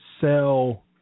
sell